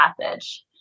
passage